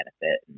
benefit